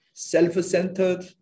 Self-centered